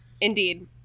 Indeed